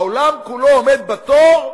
העולם כולו עומד בתור,